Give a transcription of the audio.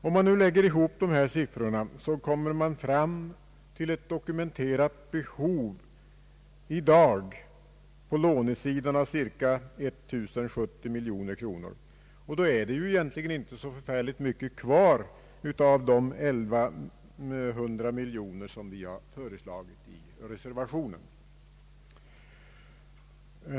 Om man lägger ihop dessa siffror, kommer man fram till ett dokumenterat behov i dag på lånesidan av 1070 miljoner kronor, och då är det egentligen inte så förfärligt mycket kvar av de 1100 miljoner som vi föreslagit i reservationen.